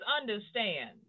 understand